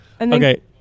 Okay